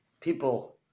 people